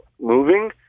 moving